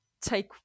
take